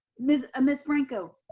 miss miss franco.